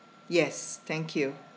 yes thank you